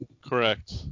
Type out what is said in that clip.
Correct